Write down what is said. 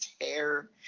hair